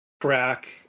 crack